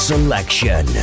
Selection